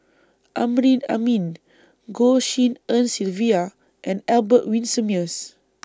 Amrin Amin Goh Tshin En Sylvia and Albert Winsemius